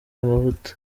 amavuta